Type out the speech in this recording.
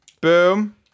Boom